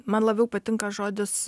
man labiau patinka žodis